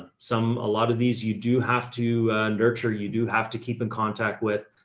some, a lot of these you do have to nurture. you do have to keep in contact with,